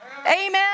Amen